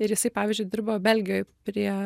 ir jisai pavyzdžiui dirbo belgijoj prie